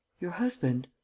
your husband?